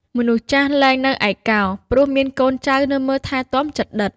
មនុស្សចាស់លែងនៅឯកោ ព្រោះមានកូនចៅនៅមើលថែទាំជិតដិត។